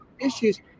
issues